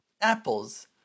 apples